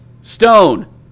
Stone